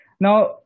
now